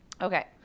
Okay